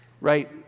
Right